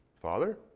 Father